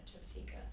seeker